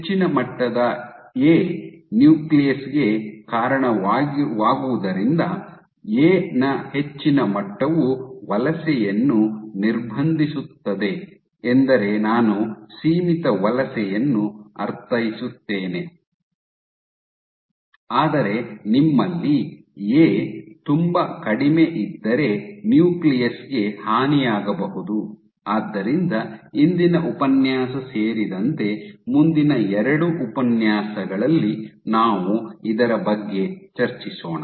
ಹೆಚ್ಚಿನ ಮಟ್ಟದ A nucleus ಗೆ ಕಾರಣವಾಗುವುದರಿಂದ ಎ ನ ಹೆಚ್ಚಿನ ಮಟ್ಟವು ವಲಸೆಯನ್ನು ನಿರ್ಬಂಧಿಸುತ್ತದೆ ಎಂದರೆ ನಾನು ಸೀಮಿತ ವಲಸೆಯನ್ನು ಅರ್ಥೈಸುತ್ತೇನೆ ಆದರೆ ನಿಮ್ಮಲ್ಲಿ ಎ ತುಂಬಾ ಕಡಿಮೆ ಇದ್ದರೆ ನ್ಯೂಕ್ಲಿಯಸ್ ಗೆ ಹಾನಿಯಾಗಬಹುದು ಆದ್ದರಿಂದ ಇಂದಿನ ಉಪನ್ಯಾಸ ಸೇರಿದಂತೆ ಮುಂದಿನ ಎರಡು ಉಪನ್ಯಾಸಗಳಲ್ಲಿ ನಾವು ಇದರ ಬಗ್ಗೆ ಚರ್ಚಿಸೋಣ